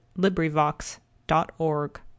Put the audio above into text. LibriVox.org